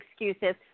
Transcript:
excuses